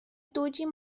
دوجین